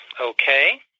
Okay